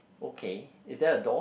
okay is there a door